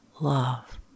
love